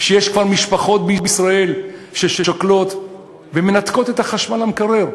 שיש כבר בישראל משפחות ששוקלות ומנתקות את החשמל למקרר,